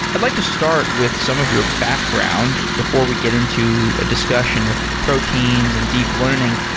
i'd like to start with some of your background before we get into a discussion of proteins and deep learning.